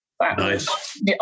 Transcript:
Nice